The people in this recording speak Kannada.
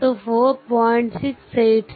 686 volt v2 2